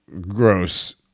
gross